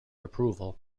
approval